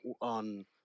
on